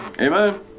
Amen